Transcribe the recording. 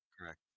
Correct